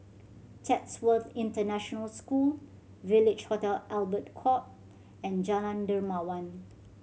Chatsworth International School Village Hotel Albert Court and Jalan Dermawan